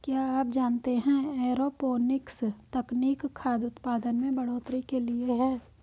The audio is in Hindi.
क्या आप जानते है एरोपोनिक्स तकनीक खाद्य उतपादन में बढ़ोतरी के लिए है?